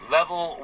Level